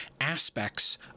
aspects